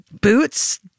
boots